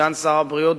סגן שר הבריאות,